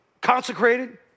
consecrated